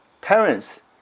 Parents